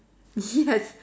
yes